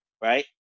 right